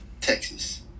Texas